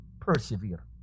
persevere